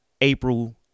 April